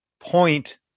point